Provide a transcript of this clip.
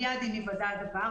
מייד עם היוודע הדבר,